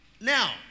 Now